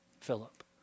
Philip